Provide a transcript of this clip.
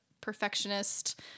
perfectionist